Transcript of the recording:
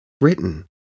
written